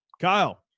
kyle